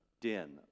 den